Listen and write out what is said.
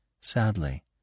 sadly